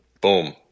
Boom